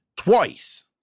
Twice